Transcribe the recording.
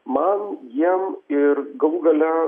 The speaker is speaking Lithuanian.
man jiem ir galų gale